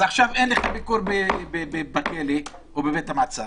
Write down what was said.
אז עכשיו אין לך ביקור בכלא או בבית המעצר,